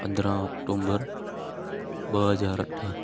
पंद्रहां ऑक्टोम्बर ॿ हज़ार अठ